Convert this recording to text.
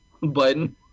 Biden